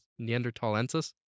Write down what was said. Neanderthalensis